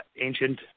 ancient